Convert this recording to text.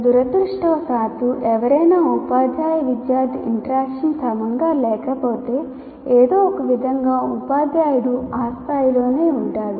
దురదృష్టవశాత్తు ఎవరైనా ఉపాధ్యాయ విద్యార్థి ఇంట్రాక్క్షన్ సమంగా లేకపోతే ఏదో ఒకవిధంగా ఉపాధ్యాయుడు ఆ స్థాయిలోనే ఉంటాడు